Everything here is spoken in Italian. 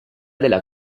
della